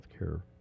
healthcare